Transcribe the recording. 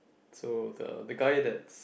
so the the guy that's